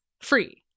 free